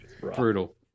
Brutal